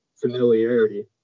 familiarity